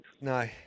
no